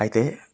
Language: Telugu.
అయితే